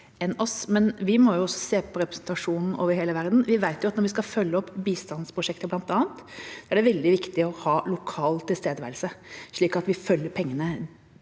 også se på representasjonen over hele verden. Vi vet at når vi skal følge opp bl.a. bistandsprosjekter, er det veldig viktig å ha lokal tilstedeværelse, slik at vi følger pengene